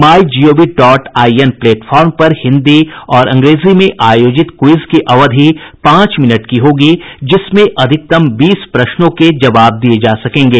my GOV dot IN platform पर हिन्दी और अंग्रेजी में आयोजित क्विज की अवधि पांच मिनट की होगी जिसमें अधिकतम बीस प्रश्नों के जवाब दिए जा सकेंगे